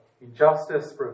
injustice